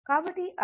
కాబట్టి I